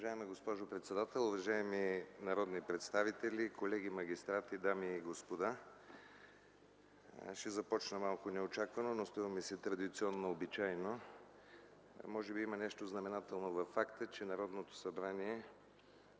Уважаема госпожо председател, уважаеми народни представители, колеги магистрати, дами и господа! Ще започна малко неочаквано, но струва ми се традиционно обичайно. Може би има нещо знаменателно във факта, че Народното събрание